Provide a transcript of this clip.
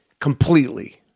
Completely